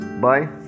Bye